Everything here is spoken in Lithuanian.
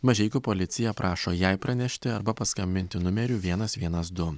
mažeikių policija prašo jai pranešti arba paskambinti numeriu vienas vienas du